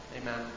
Amen